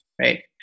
right